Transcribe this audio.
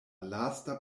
lasta